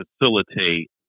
facilitate